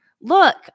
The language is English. look